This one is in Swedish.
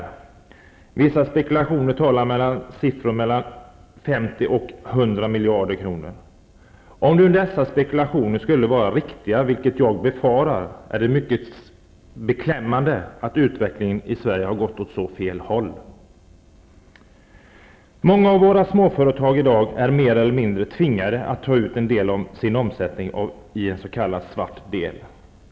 I vissa spekulationer talas det om siffror mellan 50 och 100 miljarder kronor. Om dessa spekulationer skulle vara riktiga, vilket jag befarar, är det mycket beklämmande att utvecklingen i Sverige har gått åt så fel håll. Många av våra småföretag är i dag mer eller mindre tvingade att ta ut en del av sin omsättning i en s.k. svart del.